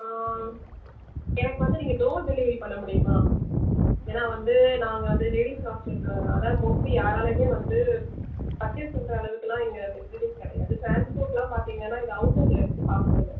ஆ எனக்கு வந்து நீங்கள் டோர் டெலிவெரி பண்ண முடியுமா ஏன்னா வந்து நாங்கள் வந்து லேடீஸ் ஹாஸ்ட்டலுன்றதுனால மோஸ்ட்லி யாராலேயுமே வந்து அட்ஜஸ் பண்ணுற அளவுக்கெல்லாம் இங்கே ஃபெசிலிட்டிஸ் கிடையாது ட்ரான்ஸ்போட்லாம் பார்த்தீங்கனா இது அவுட்டரில் இருக்கு ஹாஸ்ட்டலு